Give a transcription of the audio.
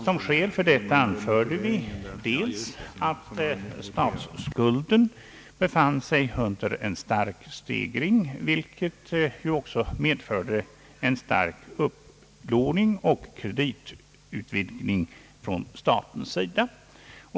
Som skäl för detta anförde vi för det första, att statsskulden befann sig i stark stegring innebärande en stark upplåning och kreditutvidgning för statens del.